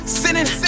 sinning